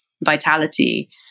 vitality